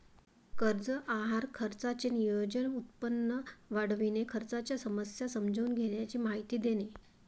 कर्ज आहार खर्चाचे नियोजन, उत्पन्न वाढविणे, खर्चाच्या समस्या समजून घेण्याची माहिती देणे